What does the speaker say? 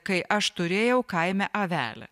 kai aš turėjau kaime avelę